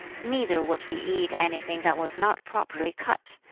neither would he eat anything that was not properly cut,